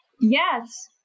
Yes